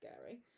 scary